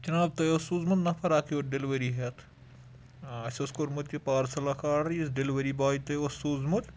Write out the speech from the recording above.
جِناب تۄہِہ اوس سوٗزمُت نَفَر اَکھ یور ڈٮ۪لؤری ہٮ۪تھ اَسہِ اوس کوٚرمُت یہِ پارسَل اَکھ آرڈَر یُس ڈٮ۪لؤری باے تۄہِہ اوس سوٗزمُت